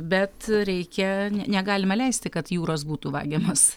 bet reikia negalime leisti kad jūros būtų vagiamos